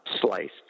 sliced